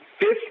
fifth